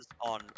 on